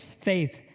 faith